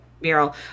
mural